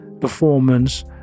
performance